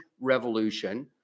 Revolution